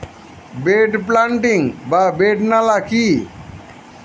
Bed planting বা bed নালা কি?